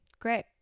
Great